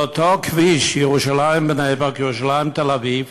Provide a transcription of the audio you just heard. באותו כביש, ירושלים בני-ברק, ירושלים תל-אביב,